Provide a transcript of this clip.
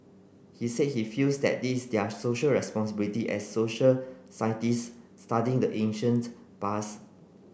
he said he feels that this their Social Responsibility as social scientist studying the ancient past